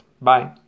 Bye